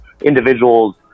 individuals